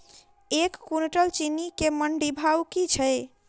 एक कुनटल चीनी केँ मंडी भाउ की छै?